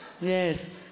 Yes